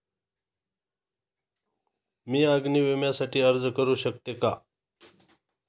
मी अग्नी विम्यासाठी अर्ज करू शकते का?